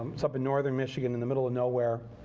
it's up in northern michigan in the middle of nowhere.